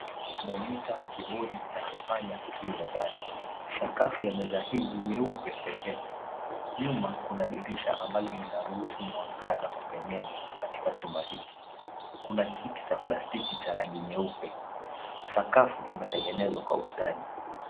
Monita, kibodi na kipanya ki mezani. Sakafu ya meza hii ni nyeupe pe pe pe. Nyuma kuna dirisha ambalo linaruhusu mwangaza kupenyeza katika chumba hiki. Kuna kiti cha plastiki cha rangi nyeupe. Sakafu imetengenezwa kwa ustadi.